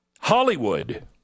Hollywood